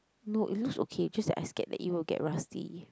no it looks okay just that I scared it will get rusty